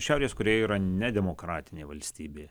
šiaurės korėja yra nedemokratinė valstybė